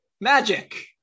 magic